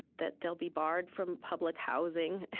that they'll be barred from public housing,